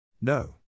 No